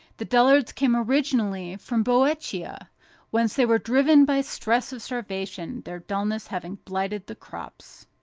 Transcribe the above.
the dullards came originally from boeotia, whence they were driven by stress of starvation, their dullness having blighted the crops.